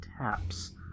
taps